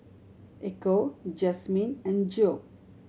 Echo Jazmine and Joe